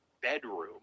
bedroom